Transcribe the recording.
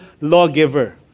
lawgiver